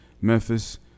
Memphis